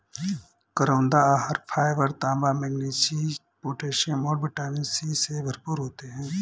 करौंदा आहार फाइबर, तांबा, मैंगनीज, पोटेशियम और विटामिन सी से भरपूर होते हैं